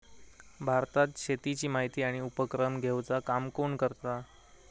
भारतात शेतीची माहिती आणि उपक्रम घेवचा काम कोण करता?